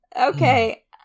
Okay